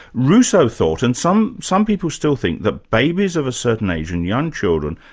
rousseau thought, and some some people still think, that babies of a certain age, and young children,